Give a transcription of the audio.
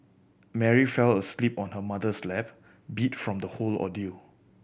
Mary fell asleep on her mother's lap beat from the whole ordeal